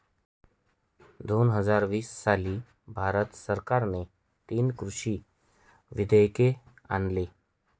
दोन हजार वीस साली भारत सरकारने तीन कृषी विधेयके आणली